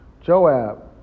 Joab